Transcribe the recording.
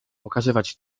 pokazywać